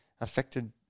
affected